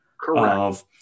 Correct